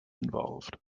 involved